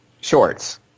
shorts